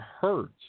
hurts